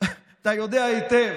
אתה יודע היטב